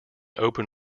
open